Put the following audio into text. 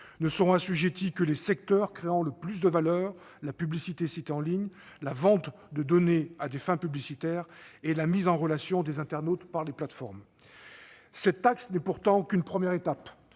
Ne seront assujettis que les secteurs créant le plus de valeur : la publicité ciblée en ligne, la vente de données à des fins publicitaires et la mise en relation des internautes par les plateformes. Cette taxe sur les services